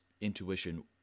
intuition